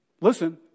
listen